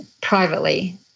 privately